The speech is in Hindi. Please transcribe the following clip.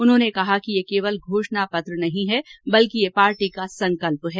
उन्होने कहा कि यह केवल घोषणा पत्र नहीं है बल्कि यह पार्टी का संकल्प है